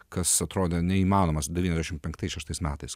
kas atrodo neįmanomas dalykas devyniasdešimt penktais šeštais metais